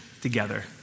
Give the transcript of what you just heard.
together